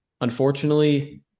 unfortunately